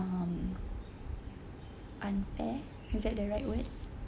um unfair is that the right word